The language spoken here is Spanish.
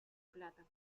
plata